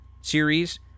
series